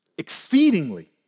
exceedingly